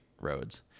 roads